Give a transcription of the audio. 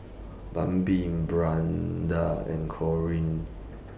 Bambi Brianda and Corine